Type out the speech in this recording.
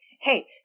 hey